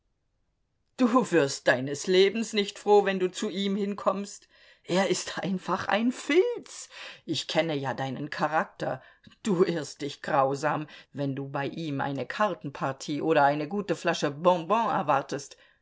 du wirst deines lebens nicht froh wenn du zu ihm hinkommst er ist einfach ein filz ich kenne ja deinen charakter du irrst dich grausam wenn du bei ihm eine kartenpartie oder eine gute flasche bonbon erwartest